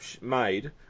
made